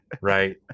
right